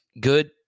Good